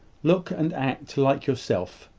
look and act like yourself,